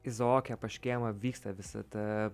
izaoke pas škėmą vyksta visa ta